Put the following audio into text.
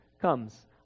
comes